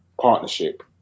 partnership